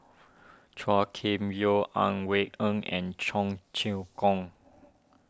Chua Kim Yeow Ang Wei Neng and Cheong Choong Kong